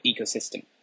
ecosystem